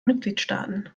mitgliedstaaten